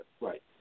Right